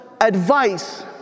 advice